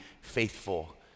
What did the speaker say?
faithful